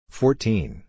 fourteen